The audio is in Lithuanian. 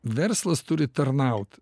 verslas turi tarnaut